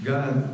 God